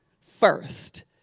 first